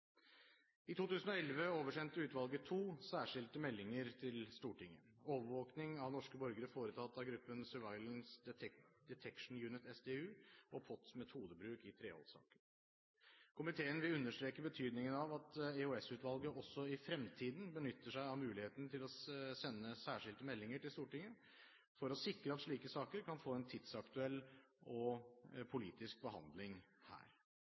I 2011 oversendte utvalget to særskilte meldinger til Stortinget, om overvåking av norske borgere foretatt av gruppen Surveillance Detection Unit, SDU, og om POTs metodebruk i Treholt-saken. Komiteen vil understreke betydningen av at EOS-utvalget også i fremtiden benytter seg av muligheten til å sende særskilte meldinger til Stortinget for å sikre at slike saker kan få en tidsaktuell og politisk behandling her.